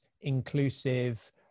inclusive